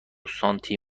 سانتی